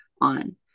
on